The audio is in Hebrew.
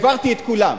העברתי את כולם,